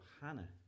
Hannah